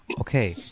okay